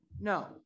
no